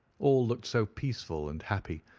all looked so peaceful and happy,